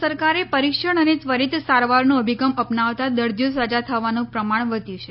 કેન્દ્ર સરકારે પરીક્ષણ અને ત્વરીત સારવારનો અભિગમ અપનાવતા દર્દીઓ સાજા થવાનું પ્રમાણ વધ્યું છે